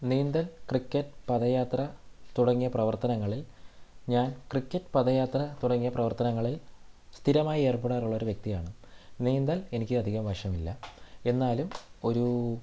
നീന്തൽ ക്രിക്കറ്റ് പദയാത്ര തുടങ്ങിയ പ്രവർത്തനങ്ങളിൽ ഞാൻ ക്രിക്കറ്റ് പദയാത്ര തുടങ്ങിയ പ്രവർത്തനങ്ങളിൽ സ്ഥിരമായി ഏർപ്പെടാറുള്ള ഒരു വ്യക്തിയാണ് നീന്തൽ എനിക്കധികം വശമില്ല എന്നാലും ഒരു